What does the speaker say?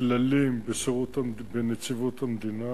כללים בנציבות המדינה